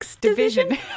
division